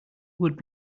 would